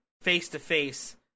face-to-face